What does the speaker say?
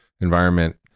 environment